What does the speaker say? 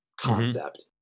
concept